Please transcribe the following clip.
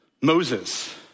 Moses